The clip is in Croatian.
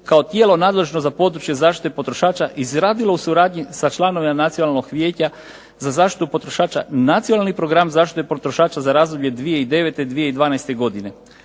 kao tijelo nadležno na područje zaštite potrošača izradilo u suradnji sa članovima Nacionalnog vijeća za zaštitu potrošača Nacionalni program za zaštitu potrošača za razdoblje 2009. – 2012. godine.